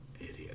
idiot